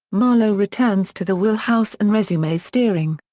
marlow returns to the wheel-house and resumes steering.